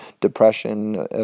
Depression